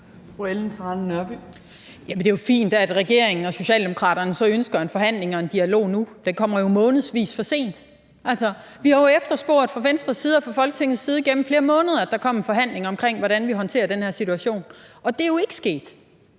det er jo fint, at regeringen og Socialdemokraterne ønsker en forhandling og en dialog nu; det kommer jo månedsvis for sent. Vi har fra Venstres side og fra Folketingets side jo gennem flere måneder efterspurgt, at der kom en forhandling om, hvordan vi håndterer den her situation. Det er jo ikke sket.